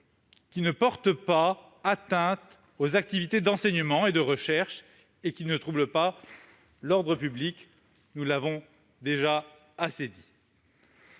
qui ne portent pas atteinte aux activités d'enseignement et de recherche et qui ne troublent pas l'ordre public ». Le port de signes